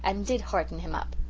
and did hearten him up.